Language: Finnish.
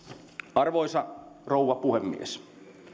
arvoisa rouva puhemies